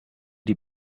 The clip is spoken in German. die